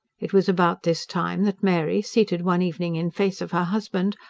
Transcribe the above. it was about this time that mary, seated one evening in face of her husband,